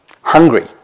hungry